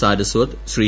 Saraswat Shri